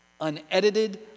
Unedited